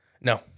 No